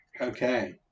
okay